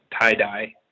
tie-dye